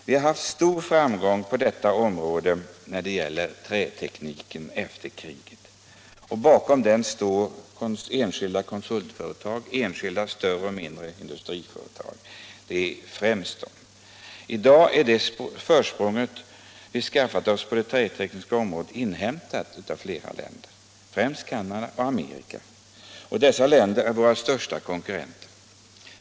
Vi har haft stor framgång efter kriget när det gäller träteknik. Bakom den står främst enskilda konsultföretag och enskilda större och mindre industriföretag. I dag är det försprång vi skaffat oss på det trätekniska området inhämtat av Nera länder, främst Canada och Amerika, och dessa länder är våra största konkurrenter.